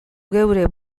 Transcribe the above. geure